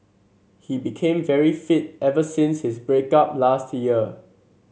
he became very fit ever since his break up last year